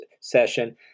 session